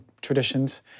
traditions